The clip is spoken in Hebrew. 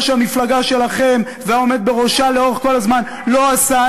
מה שהמפלגה שלכם והעומד בראשה כל הזמן לא עשו,